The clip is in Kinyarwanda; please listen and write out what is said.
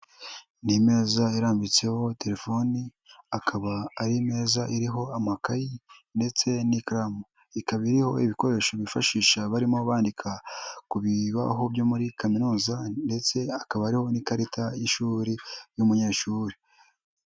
Ni imeza irambitseho telefoni, akaba ari imeza iriho amakayi ndetse n'ikaramu. Ikaba iriho ibikoresho bifashisha barimo bandika ku bibaho byo muri kaminuza ndetse akaba hariho n'ikarita y'ishuri y'umunyeshuri.